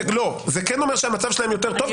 זה כן אומר שהמצב שלהם יותר טוב,